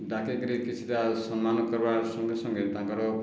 ଡାକିକରି କିଛିଟା ସମ୍ମାନ କରିବାର ସଙ୍ଗେ ସଙ୍ଗେ ତାଙ୍କର